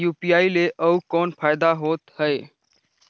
UPI ले अउ कौन फायदा होथ है?